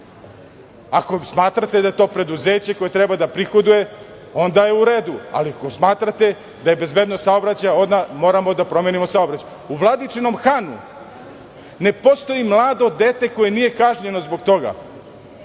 Ako smatrate da je to preduzeće koje treba da prihoduje onda je u redu, ali ako smatrate da je bezbednost saobraćaja, moramo da promenimo saobraćaj.U Vladičinom Hanu ne postoji mlado dete koje nije kažnjeno zbog toga,